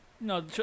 No